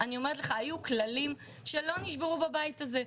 אני אומרת לך שהיו כללים שלא נשברו בבית הזה.